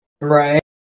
Right